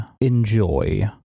enjoy